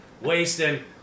Wasting